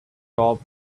top